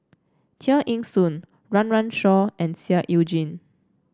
Tear Ee Soon Run Run Shaw and Seah Eu Chin